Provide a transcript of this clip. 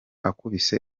akubise